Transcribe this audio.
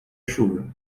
chuva